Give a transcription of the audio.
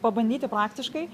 pabandyti praktiškai